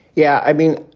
yeah, i mean,